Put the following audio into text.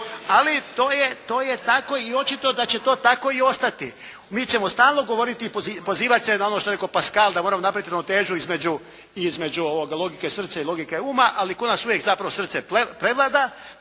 Ali to je tako i očito da će to tako i ostati. Mi ćemo stalno govoriti i pozivat se na ono što je rekao Pascal da moramo napraviti ravnotežu između logike srca i logike uma, ali kod nas zapravo uvijek srce prevlada,